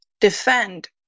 defend